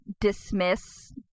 dismiss